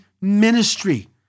ministry